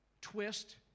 twist